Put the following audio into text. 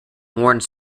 warns